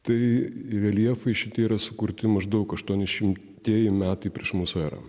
tai reljefai šitie yra sukurti maždaug aštuoniašimtieji metai prieš mūsų erą